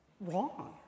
wrong